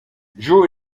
joe